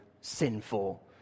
sinful